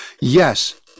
Yes